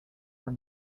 were